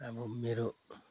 अब मेरो